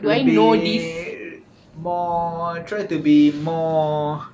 to be more try to be more